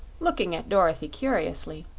looking at dorothy curiously.